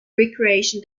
recreation